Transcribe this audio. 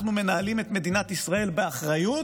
אנחנו מנהלים את מדינת ישראל באחריות,